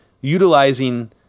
utilizing